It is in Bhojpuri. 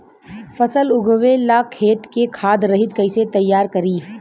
फसल उगवे ला खेत के खाद रहित कैसे तैयार करी?